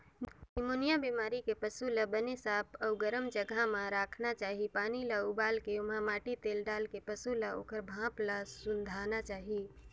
pneumonia बेमारी के पसू ल बने साफ अउ गरम जघा म राखना चाही, पानी ल उबालके ओमा माटी तेल डालके पसू ल ओखर भाप ल सूंधाना चाही